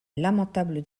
lamentable